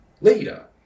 leader